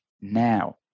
now